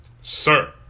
Sir